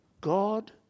God